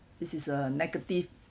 this is a negative